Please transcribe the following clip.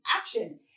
action